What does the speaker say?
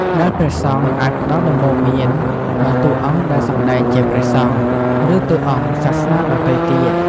ដែលព្រះសង្ឃអាច ផ្ដល់ដំបូន្មានដល់តួអង្គដែលសម្ដែងជាព្រះសង្ឃ ឬតួអង្គសាសនាដទៃទៀត។